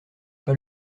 pas